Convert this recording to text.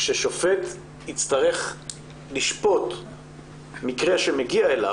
כששופט יצטרך לשפוט מקרה שמגיע אליו,